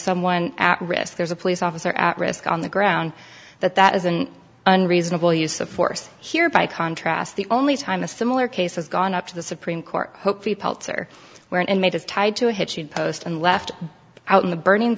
someone at risk there's a police officer at risk on the ground that that is an unreasonable use of force here by contrast the only time a similar case has gone up to the supreme court hopefully pelter where an inmate is tied to a hitching post and left out in the burning